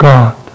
God